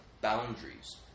boundaries